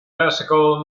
classical